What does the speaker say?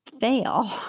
fail